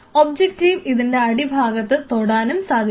ഒബ്ജക്റ്റീവിന് ഇതിൻറെ അടിഭാഗത്ത് തൊടാനും സാധിക്കും